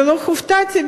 ולא הופתעתי,